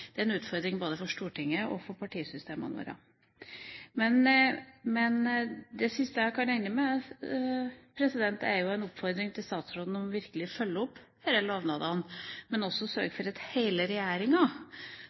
Det er en utfordring både for Stortinget og for partisystemene våre. Det siste jeg skal komme med, er en oppfordring til statsråden om virkelig å følge opp disse lovnadene og også